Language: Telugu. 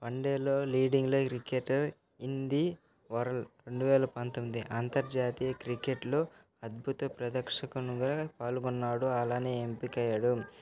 వన్ డేలో లీడింగ్లో క్రికెటర్ ఇన్ ది వరల్డ్ రెండు వేల పంతొమ్మిది అంతర్జాతీయ క్రికెట్లో అద్భుత ప్రదర్శనకు పాల్గొన్నాడు అలానే ఎంపికయ్యాడు